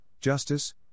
Justice